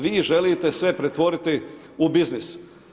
Vi želite sve pretvoriti u biznis.